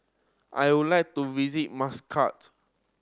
I would like to visit Muscat